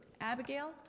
Abigail